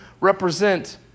represent